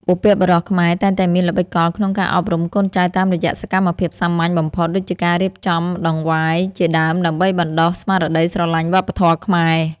បុព្វបុរសខ្មែរតែងតែមានល្បិចកលក្នុងការអប់រំកូនចៅតាមរយៈសកម្មភាពសាមញ្ញបំផុតដូចជាការរៀបចំដង្វាយជាដើមដើម្បីបណ្ដុះស្មារតីស្រឡាញ់វប្បធម៌ខ្មែរ។